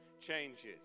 changes